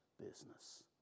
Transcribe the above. business